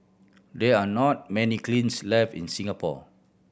there are not many kilns left in Singapore